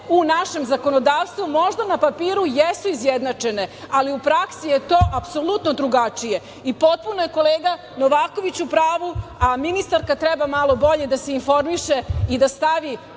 u našem zakonodavstvu na papiru jesu izjednačene, ali u praksi je to apsolutno drugačije. Potpuno je kolega Novaković u pravu, a ministarka treba malo bolje da se informiše i da stavi